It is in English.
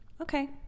Okay